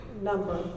number